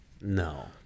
No